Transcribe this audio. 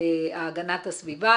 להגנת הסביבה,